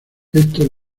esto